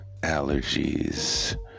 allergies